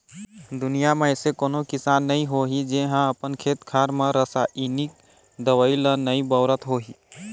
दुनिया म अइसे कोनो किसान नइ होही जेहा अपन खेत खार म रसाइनिक दवई ल नइ बउरत होही